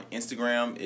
Instagram